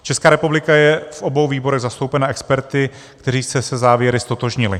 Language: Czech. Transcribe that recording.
Česká republika je v obou výborech zastoupena experty, kteří se se závěry ztotožnili.